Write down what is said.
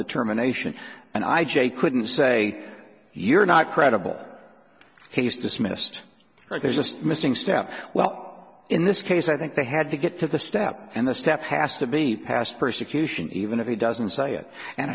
determination and i j couldn't say you're not credible he's dismissed there's a missing step well in this case i think they had to get to the step and the step has to be past persecution even if he doesn't say it and